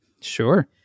Sure